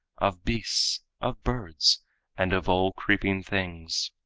of beasts, of birds and of all creeping things.